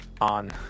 on